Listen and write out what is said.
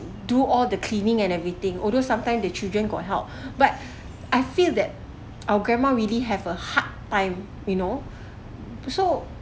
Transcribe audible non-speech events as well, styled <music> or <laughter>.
do all the cleaning and everything although sometimes the children got help <breath> but I feel that our grandma really have a hard time you know so